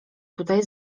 tutaj